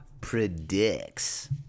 predicts